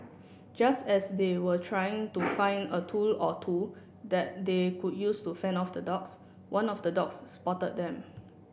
just as they were trying to find a tool or two that they could use to fend of the dogs one of the dogs spotted them